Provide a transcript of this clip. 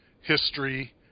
history